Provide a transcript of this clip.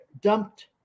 dumped